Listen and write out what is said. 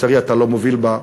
ולצערי אתה לא מוביל בה,